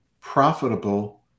profitable